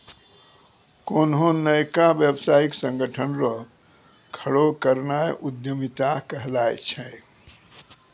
कोन्हो नयका व्यवसायिक संगठन रो खड़ो करनाय उद्यमिता कहलाय छै